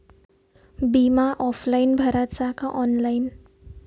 बिमा ऑफलाईन भराचा का ऑनलाईन?